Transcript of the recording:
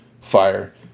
FIRE